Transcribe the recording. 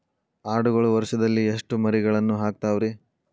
ಆಡುಗಳು ವರುಷದಲ್ಲಿ ಎಷ್ಟು ಮರಿಗಳನ್ನು ಹಾಕ್ತಾವ ರೇ?